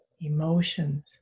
emotions